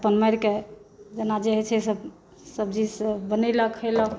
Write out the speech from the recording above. अपन मारिके जेना जे होइ छै से सब सब्जी सब बनेलक खैलक